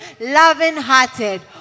loving-hearted